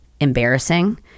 embarrassing